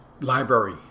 library